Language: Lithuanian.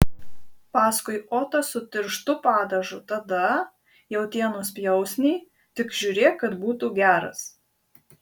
paskui otą su tirštu padažu tada jautienos pjausnį tik žiūrėk kad būtų geras